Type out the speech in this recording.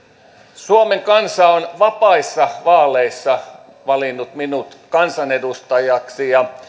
suomen kansa on vapaissa vaaleissa valinnut minut kansanedustajaksi ja